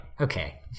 Okay